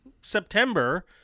September